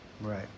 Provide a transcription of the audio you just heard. Right